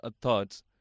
thoughts